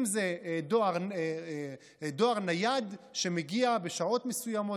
אם זה דואר נייד שמגיע בשעות מסוימות,